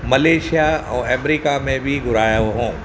Malaysia ऐं America में बि घुराया हुअऊं